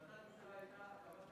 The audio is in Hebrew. החלטת ממשלה הייתה הקמת תאגיד.